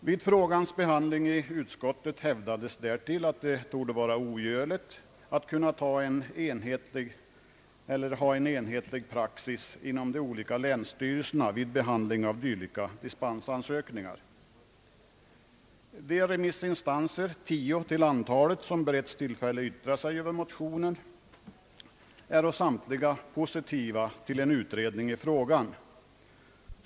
Vid frågans behandling i utskottet hävdades därtill, att det torde vara ogörligt att kunna ha en enhetlig praxis inom de olika länsstyrelserna vid behandling av dylika dispensansökningar. De remissinstanser, tio till antalet, som beretts tillfälle att yttra sig över motionen, är samtliga positiva till en utredning i frågan.